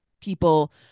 people